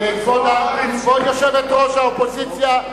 כבוד יושבת-ראש האופוזיציה.